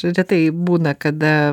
retai būna kada